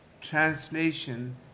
translation